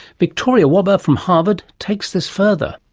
victoria wobber from harvard takes this further.